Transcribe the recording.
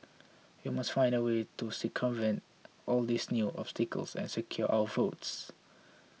we must find a way to circumvent all these new obstacles and secure our votes